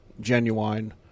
genuine